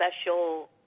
special